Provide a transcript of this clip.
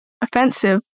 offensive